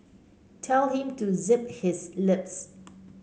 tell him to zip his lips